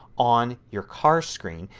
on your car screen.